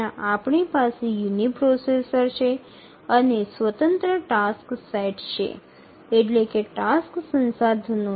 এখানে আমাদের একটি প্রসেসর রয়েছে এবং নির্ধারিত কার্যগুলি স্বাধীন